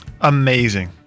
Amazing